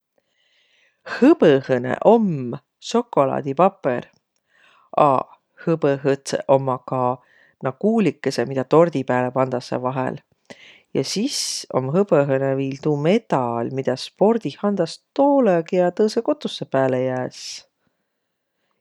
Hõbõhõnõ om sokolaadipapõr, a hõbõhõdsõq ommaq ka nuuq kuulikõsõq, midä tordi pääle pandasõq vahel. Ja sis om hõbõhõnõ viil tuu medal, midä spordih andas toolõ, kiä tõõsõ kotussõ pääle jääs.